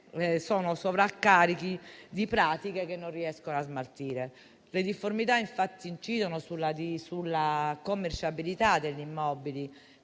sono sovraccarichi di pratiche che non riescono a smaltire. Le difformità, infatti, incidono sulla commerciabilità degli immobili,